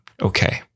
Okay